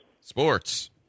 Sports